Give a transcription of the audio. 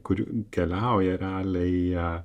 kurių keliauja realiai ją